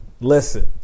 listen